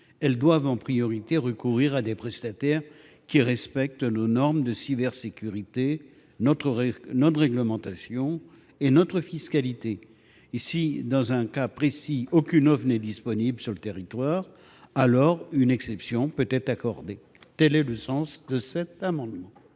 elles doivent en priorité recourir à des prestataires qui respectent nos normes de cybersécurité, notre réglementation et notre fiscalité. Si, dans un cas précis, aucune offre n’est disponible sur le territoire, une exception peut être faite. Quel est l’avis de la commission